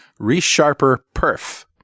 resharperperf